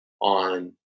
on